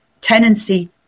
tenancy